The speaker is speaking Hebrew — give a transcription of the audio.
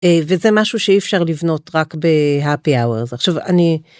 וזה משהו שאי אפשר לבנות רק בהפי אאוור זה עכשיו אני.